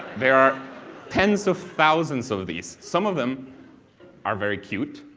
there are tens of thousands of these, some of them are very cute,